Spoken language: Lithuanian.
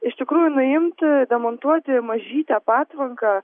iš tikrųjų nuimti demontuoti mažytę patvanką